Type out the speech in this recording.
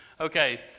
Okay